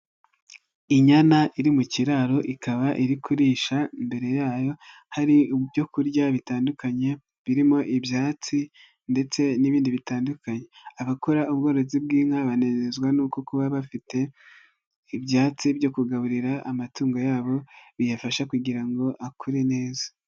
Inyana iri mu kiraro ikaba iri kurisha, imbere yayo hari ibyo kurya bitandukanye birimo ibyatsi ndetse n'ibindi bitandukanye, abakora ubworozi bw'inka banezezwa n'uko kuba bafite ibyatsi byo kugaburira amatungo yabo, biyafasha kugira ngo akure neza.